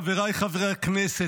חבריי חברי הכנסת,